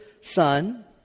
son